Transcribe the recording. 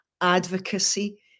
advocacy